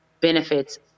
benefits